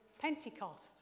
Pentecost